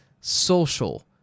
social